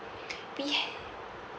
we